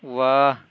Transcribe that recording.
واہ